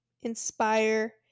inspire